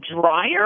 dryer